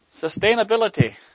Sustainability